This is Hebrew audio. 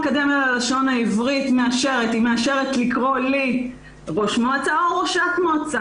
האקדמיה ללשון העברית מאשרת לקרוא לי "ראש מועצה" או "ראשת מועצה".